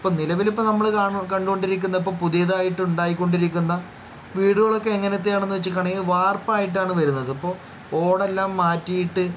ഇപ്പം നിലവിൽ ഇപ്പം നമ്മൾ കാണ കണ്ട് കൊണ്ടിരിക്കുന്നത് ഇപ്പം പുതിയതായിട്ട് ഉണ്ടായിക്കൊണ്ടിരിക്കുന്ന വീടുകളൊക്കെ എങ്ങനത്തെ ആണെന്ന് വെച്ച് കഴിഞ്ഞിട്ടുണ്ടെങ്കിൽ വാർപ്പായിട്ടാണ് വരുന്നത് ഇപ്പോൾ ഓടെല്ലാം മാറ്റിയിട്ട്